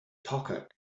pocket